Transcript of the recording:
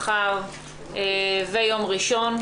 מחר ויום ראשון,